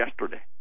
yesterday